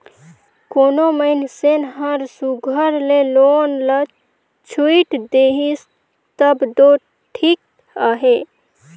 कोनो मइनसे हर सुग्घर ले लोन ल छुइट देहिस तब दो ठीक अहे